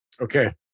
Okay